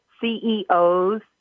CEOs